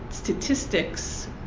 Statistics